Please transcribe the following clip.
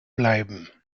bleiben